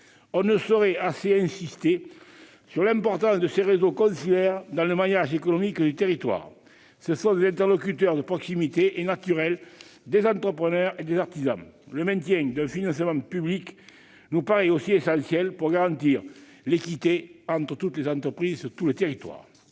On ne saurait assez insister sur l'importance des réseaux consulaires dans le maillage économique du territoire. Ce sont des interlocuteurs de proximité et des interlocuteurs naturels pour les entrepreneurs et les artisans. Le maintien d'un financement public nous paraît ainsi essentiel pour garantir l'équité entre toutes les entreprises sur tous les territoires.